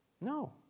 No